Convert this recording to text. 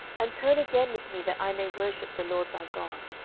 and turn again with me, that i may worship the lord thy god.